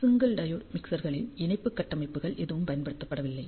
single diode மிக்சர்களில் இணைப்பு கட்டமைப்புகள் எதுவும் பயன்படுத்தப்படவில்லை